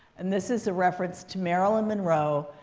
and this is a reference to marilyn monroe.